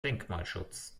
denkmalschutz